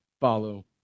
follow